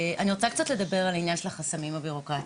אני רוצה קצת לדבר עם העניין של החסמים הבירוקרטיים.